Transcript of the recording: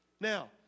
Now